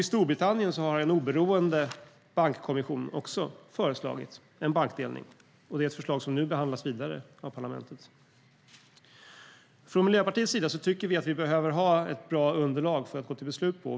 I Storbritannien har en oberoende bankkommission också föreslagit en bankdelning, och det är ett förslag som nu behandlas vidare av parlamentet. Från Miljöpartiets sida tycker vi att vi behöver ha ett bra underlag att gå till beslut på.